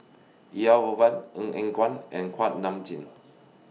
Elangovan Ong Eng Guan and Kuak Nam Jin